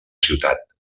ciutat